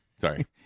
Sorry